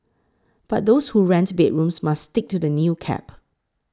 but those who rents bedrooms must stick to the new cap